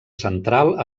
central